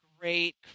great